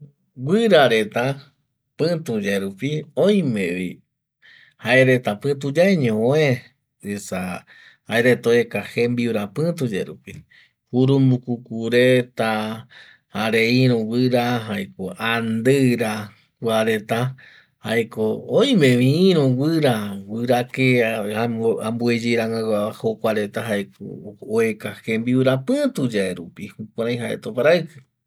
Guira reta pituye rupi oime vi jaereta pituye ño ue esa jaereta ueka jembiura pituye rupi kurumbucucu reta jare iru guira jaeko andira kuareta jaeko oime vi iru guira guira amueyeba rangaguaba jokua reta ueka jembiura pituye rupi jukurei jaereta oparaiki